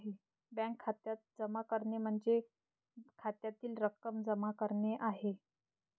bank खात्यात जमा करणे म्हणजे खात्यातील रक्कम जमा करणे आहे